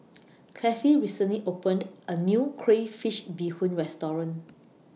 Clevie recently opened A New Crayfish Beehoon Restaurant